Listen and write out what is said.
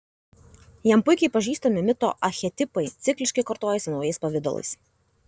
jam puikiai pažįstami mito archetipai cikliškai kartojasi naujais pavidalais